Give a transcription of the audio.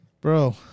bro